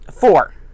four